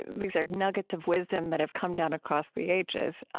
these are nuggets of wisdom that have come down across the ages.